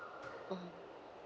mmhmm